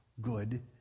good